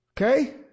Okay